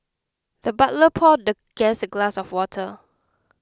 the butler poured the guest a glass of water